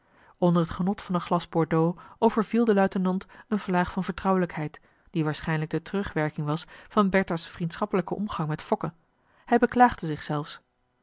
onder het genot van een glas bordeaux overviel den luitenant een vlaag van vertrouwelijkheid die waarschijnlijk de terugwerking was van bertha's vriendschappelijken omgang met fokke hij beklaagde zich zelfs